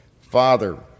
Father